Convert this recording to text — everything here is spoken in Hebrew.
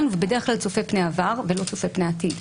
ובדרך כלל צופה פני עבר ולא צופה פני עתיד,